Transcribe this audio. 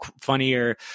funnier